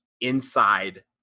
inside